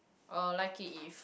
uh like it if